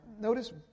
notice